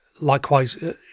likewise